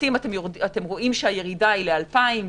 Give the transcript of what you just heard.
הירידה היא ל-2,000,